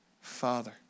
Father